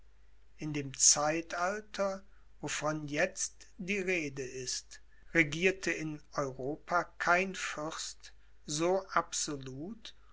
in dem zeitalter wovon jetzt die rede ist regierte in europa kein fürst so absolut